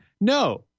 No